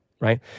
right